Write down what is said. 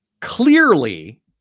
Clearly